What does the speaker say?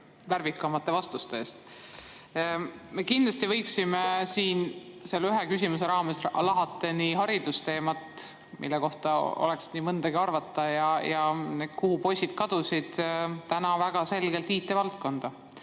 värvikamate vastuste eest! Me kindlasti võiksime siin selle ühe küsimuse raames lahata haridusteemat, mille kohta oleks nii mõndagi arvata. Kuhu poisid kadusid? Väga selgelt IT‑valdkonda,